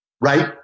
right